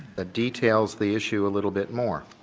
ah details the issue a little bit more.